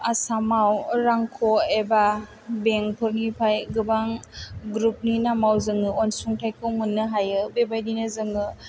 आसामाव रांख' एबा बेंकफोरनिफ्राय गोबां ग्रुपनि नामाव जोङो अनसुंथाइखौ मोननो हायो बेबायदिनो जोङो